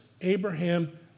Abraham